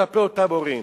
כלפי אותם הורים.